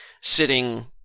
sitting